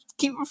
Keep